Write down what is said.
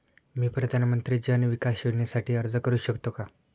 मी प्रधानमंत्री जन विकास योजनेसाठी अर्ज करू शकतो का?